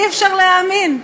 אי-אפשר להאמין.